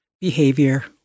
behavior